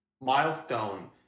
milestone